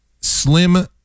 slim